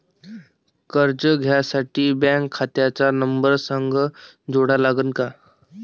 कर्ज घ्यासाठी बँक खात्याचा नंबर संग जोडा लागन का?